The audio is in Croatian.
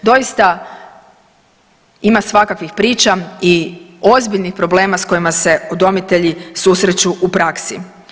Doista ima svakakvih priča i ozbiljnih problema s kojima se udomitelji susreću u praksi.